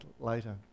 later